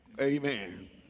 Amen